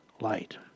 light